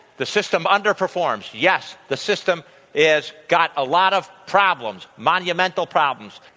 the system underperforms. yes, the system has got a lot of problems, monumental problems.